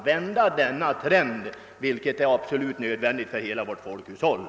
Det är denna utveckling som jag anser vara farlig och som jag vill varna för.